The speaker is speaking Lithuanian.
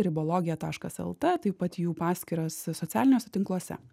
ribologija taškas lt taip pat jų paskyras socialiniuose tinkluose